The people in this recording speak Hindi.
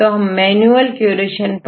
तो हम मैन्युअल क्यूरेशन पड़ जाएंगे